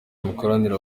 imikoranire